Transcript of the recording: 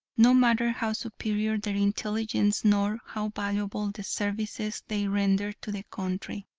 no matter how superior their intelligence nor how valuable the services they rendered to the country.